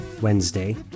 Wednesday